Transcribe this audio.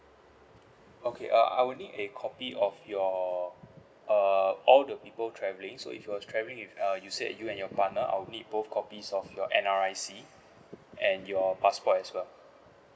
okay uh I will need a copy of your uh all the people travelling so if you're travelling with uh you said you and your partner I'll need both copies of your N_R_I_C and your passport as well